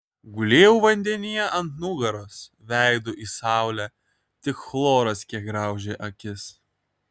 gulėjau vandenyje ant nugaros veidu į saulę tik chloras kiek graužė akis